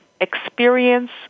experience